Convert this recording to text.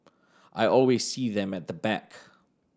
I always see them at the back